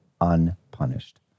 Unpunished